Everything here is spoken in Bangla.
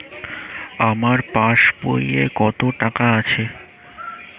আমার পাস বইয়ে কত টাকা আছে?